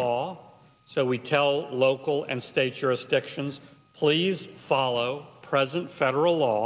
law so we tell local and state your actions please follow president federal law